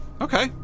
Okay